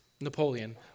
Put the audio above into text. Napoleon